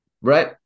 Right